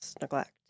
neglect